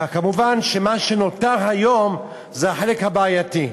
כמובן, מה שנותר היום זה החלק הבעייתי,